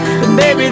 Baby